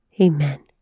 Amen